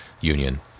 union